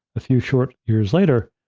a few short years later,